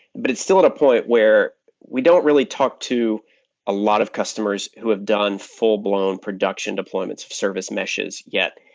but it's still at a point where we don't really talk to a lot of customers who have done full blown production deployments of service meshes yet.